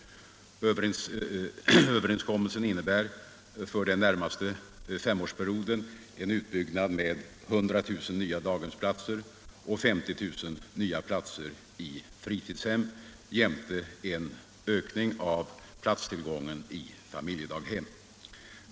Överenskommelsen innebär för den närmaste femårsperioden en utbyggnad med 100 000 nya daghemsplatser och 50 000 nya platser i fritidshem jämte en ökning av platstillgången i familjedaghem.